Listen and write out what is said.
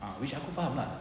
ah which aku faham lah